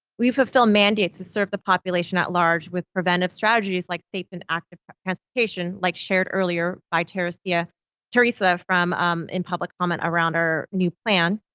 we fulfill mandates to serve the population at large with preventive strategies like safe and active transportation like shared earlier by teresa yeah teresa in public comment around her new plan.